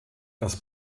das